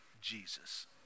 Jesus